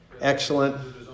Excellent